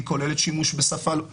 היא כוללת שימוש בשפה לא נאותה.